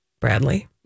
Bradley